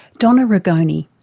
donna rigoni.